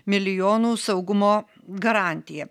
milijonų saugumo garantija